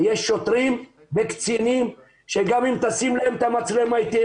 יש שוטרים וקצינים שגם אם תשים להם את המצלמה היא תהיה